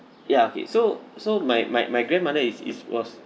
ya okay so so my my my grandmother is is was